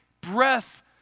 breath